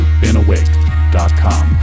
beenawake.com